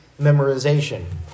memorization